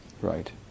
right